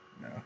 No